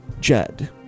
Jed